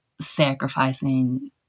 sacrificing